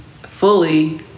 fully